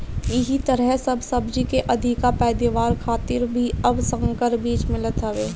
एही तरहे सब सब्जी के अधिका पैदावार खातिर भी अब संकर बीज मिलत हवे